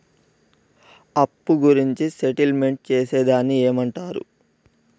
అప్పు గురించి సెటిల్మెంట్ చేసేదాన్ని ఏమంటరు?